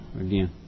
again